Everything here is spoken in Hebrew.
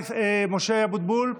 משה אבוטבול,